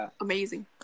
amazing